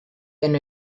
and